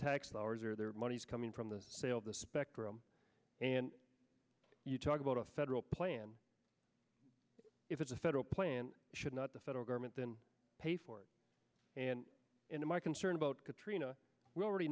tax dollars or their money's coming from the sale of the spectrum and you talk about a federal plan if it's a federal plan should not the federal government then pay for it and in my concern about katrina we already